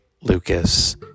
Lucas